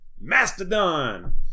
mastodon